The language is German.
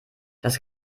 das